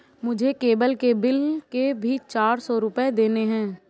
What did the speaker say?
मुझे केबल के बिल के भी चार सौ रुपए देने हैं